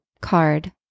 card